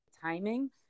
timing